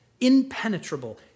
impenetrable